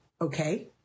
Okay